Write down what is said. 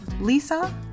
Lisa